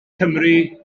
cymru